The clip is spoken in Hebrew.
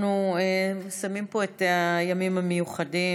אנחנו מסיימים פה את הימים המיוחדים,